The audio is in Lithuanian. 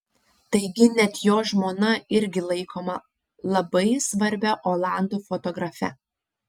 taigi net jo žmona irgi laikoma labai svarbia olandų fotografe